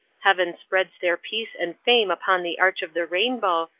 heaven spreads their peace and fame upon the arch of the rainbow,